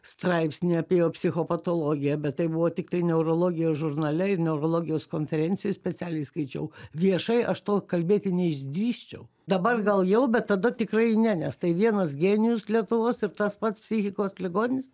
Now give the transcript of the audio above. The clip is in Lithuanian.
straipsnį apie jo psicho patologiją bet tai buvo tiktai neurologijos žurnale ir neurologijos konferencijoj specialiai skaičiau viešai aš to kalbėti neišdrįsčiau dabar gal jau bet tada tikrai ne nes tai vienas genijus lietuvos ir tas pats psichikos ligonis